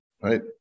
right